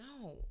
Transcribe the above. no